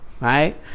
right